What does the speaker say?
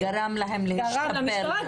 למשטרה,